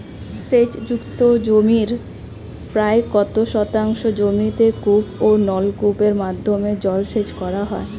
সেচ যুক্ত জমির প্রায় কত শতাংশ জমিতে কূপ ও নলকূপের মাধ্যমে জলসেচ করা হয়?